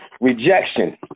Rejection